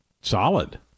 Solid